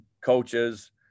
coaches